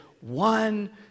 one